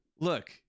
Look